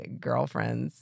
girlfriends